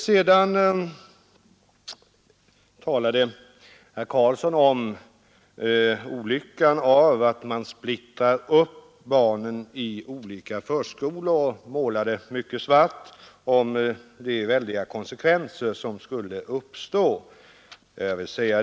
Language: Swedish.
Vidare talade herr Karlsson i Huskvarna om olyckan i att splittra barnen på olika förskolor och målade i mycket svarta färger de väldiga efterverkningar som skulle uppstå.